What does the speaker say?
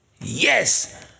Yes